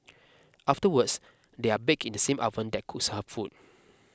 afterwards they are baked in the same oven that cooks her food